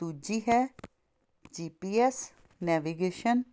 ਦੂਜੀ ਹੈ G P S navigation